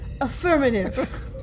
Affirmative